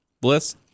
Bliss